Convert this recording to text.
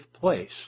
place